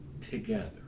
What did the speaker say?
together